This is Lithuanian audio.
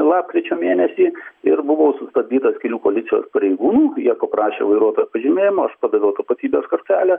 lapkričio mėnesį ir buvau sustabdytas kelių policijos pareigūnų jie paprašė vairuotojo pažymėjimo aš padaviau tapatybės kortelę